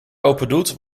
opendoet